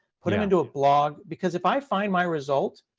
put them into a blog. because if i find my result,